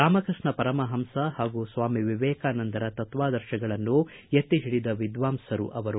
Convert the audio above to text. ರಾಮಕೃಷ್ಣ ಪರಮಹಂಸ ಹಾಗೂ ಸ್ವಾಮಿ ವಿವೇಕಾನಂದರ ತತ್ವಾದರ್ಶಗಳನ್ನು ಎತ್ತಿ ಹಿಡಿದ ವಿದ್ವಾಂಸರು ಅವರು